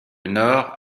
nord